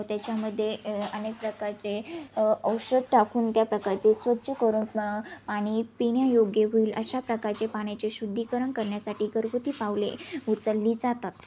त्याच्यामध्ये अनेक प्रकारचे औषध टाकून त्या प्रकारचे स्वच्छ करून पाणी पिण्यायोग्य होईल अशा प्रकारचे पाण्याचे शुद्धीकरण करण्यासाठी घरगुती पावले उचलली जातात